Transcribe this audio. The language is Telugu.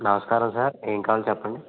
నమస్కారం సార్ ఏం కావాలి చెప్పండి